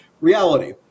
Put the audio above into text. reality